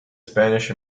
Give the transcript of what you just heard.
spanish